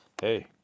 Hey